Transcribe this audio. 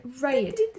right